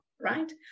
right